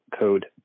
code